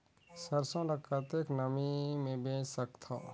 सरसो ल कतेक नमी मे बेच सकथव?